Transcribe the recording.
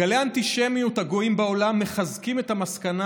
גלי האנטישמיות הגואים בעולם מחזקים את המסקנה